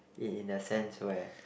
in in the sense where